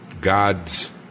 God's